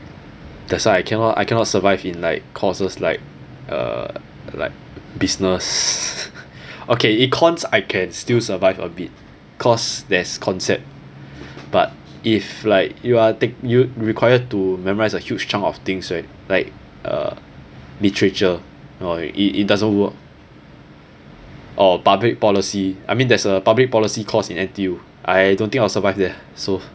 that's why I cannot I cannot survive in like courses like uh like business okay econs I can still survive a bit cause there's concept but if like you are you take you required to memorize a huge chunk of things right like uh literature or it it doesn't work or uh public policy I mean there's a public policy course in N_T_U I don't think I'll survive there so